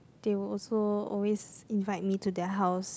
they will also always invite me to their house